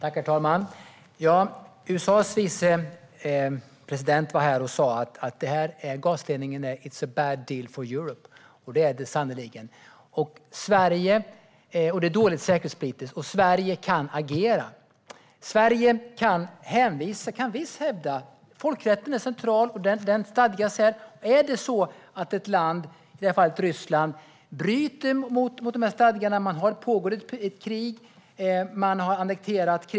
Herr talman! När USA:s vicepresident var här sa han att den här gasledningen är "a bad deal for Europe". Det stämmer sannerligen. Detta är säkerhetspolitiskt dåligt. Men Sverige kan agera. Sverige kan hänvisa till folkrättens stadgar. Den är central. I det här fallet bryter Ryssland mot stadgarna. Det pågår ett krig, och man har annekterat Krim.